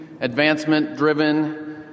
advancement-driven